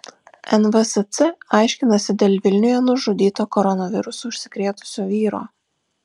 nvsc aiškinasi dėl vilniuje nužudyto koronavirusu užsikrėtusio vyro